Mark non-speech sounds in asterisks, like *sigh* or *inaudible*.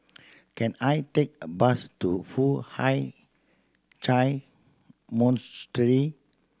can I take a bus to Foo Hai *unintelligible* Monastery